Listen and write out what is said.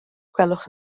gwelwch